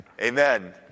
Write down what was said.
amen